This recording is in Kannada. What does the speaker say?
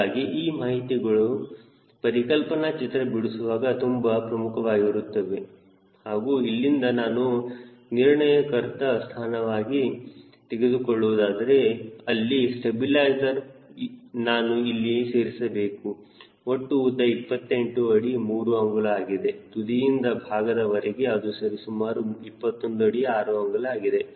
ಹೀಗಾಗಿ ಈ ಮಾಹಿತಿಗಳು ಪರಿಕಲ್ಪನಾ ಚಿತ್ರ ಬಿಡಿಸುವಾಗ ತುಂಬಾ ಪ್ರಮುಖವಾಗಿರುತ್ತದೆ ಹಾಗೂ ಇಲ್ಲಿಂದ ನಾನು ನಿರ್ಣಯಕರ್ತ ಸ್ಥಾನವಾಗಿ ತೆಗೆದುಕೊಳ್ಳುವುದಾದರೆ ಅಡ್ಡ ಸ್ಟಬಿಲೈಜರ್ ನಾನು ಎಲ್ಲಿ ಸೇರಿಸಬೇಕು ಒಟ್ಟು ಉದ್ದ 28 ಅಡಿ 3 ಅಂಗುಲ ಆಗಿದೆ ತುದಿಯಿಂದ ಭಾಗದವರೆಗೆ ಅದು ಸರಿಸುಮಾರು 21 ಅಡಿ 6 ಅಂಗುಲ ಆಗಿದೆ